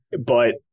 but-